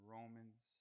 Romans